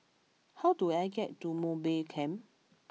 how do I get to Mowbray Camp